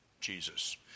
Jesus